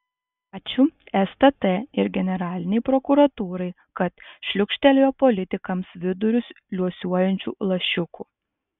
ačiū stt ir generalinei prokuratūrai kad šliūkštelėjo politikams vidurius liuosuojančių lašiukų